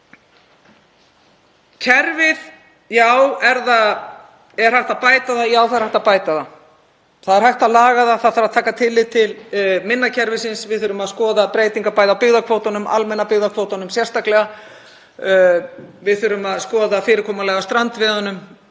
Kerfið já, er hægt að bæta það? Já, það er hægt að bæta það. Það er hægt að laga það. Það þarf að taka tillit til minna kerfisins. Við þurfum að skoða breytingar bæði á byggðakvótanum og almenna byggðakvótanum sérstaklega. Við þurfum að skoða fyrirkomulag á strandveiðunum,